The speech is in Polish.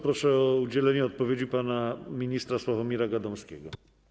Proszę o udzielenie odpowiedzi pana ministra Sławomira Gadomskiego.